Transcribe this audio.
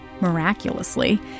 miraculously